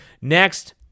Next